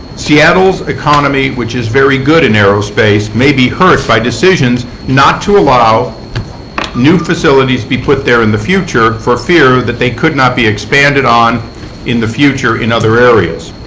seattle's economy, which is very good in aerospace, may be hurt by decisions not to allow new facilities be put there in the future for fear that they could not be expanded on in the future in other areas.